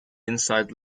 inside